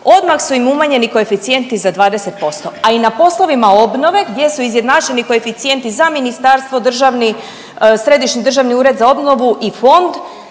odmah su im umanjeni koeficijenti za 20%, a i na poslovima obnove gdje su izjednačeni koeficijenti za ministarstvo, državni, Središnji državni ured za obnovu i fond,